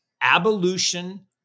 abolition